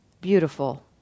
beautiful